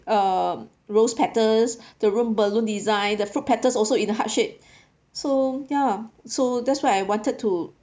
uh rose petals the room balloon design the fruit platters also in the heart shape so ya so that's why I wanted to